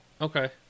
Okay